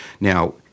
Now